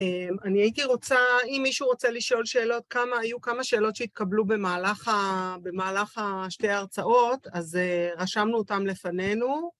אני הייתי רוצה, אם מישהו רוצה לשאול שאלות, היו כמה שאלות שהתקבלו במהלך שתי ההרצאות אז רשמנו אותן לפנינו